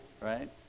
Right